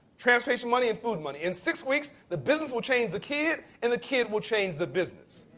transportation money, and food money. in six weeks the business will change the kid and the kid will change the business.